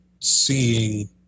seeing